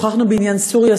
שוחחנו בעניין סוריה,